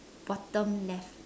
bottom left